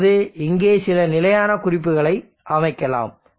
இப்போது இங்கே சில நிலையான குறிப்புகளை அமைக்கலாம்